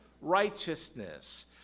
Righteousness